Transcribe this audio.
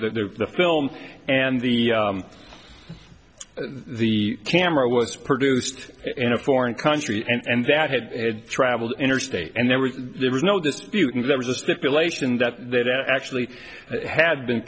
d the film and the the camera was produced in a foreign country and that had traveled interstate and there was there was no disputing there was a stipulation that that actually had been